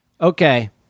Okay